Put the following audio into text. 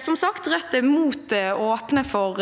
Som sagt: Rødt er mot å åpne for